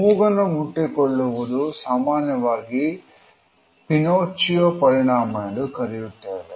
ಮೂಗನ ಮುಟ್ಟಿಕೊಳ್ಳುವುದು ಸಾಮಾನ್ಯವಾಗಿ ಪಿನೋಚ್ಚಿಯೋ ಪರಿಣಾಮ ಎಂದು ಕರೆಯುತ್ತೇವೆ